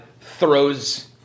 throws